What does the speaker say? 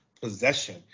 possession